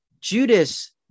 Judas